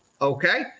Okay